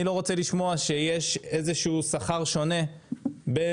אני לא רוצה לשמוע שיש איזה שהוא שכר שונה בין